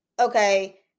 okay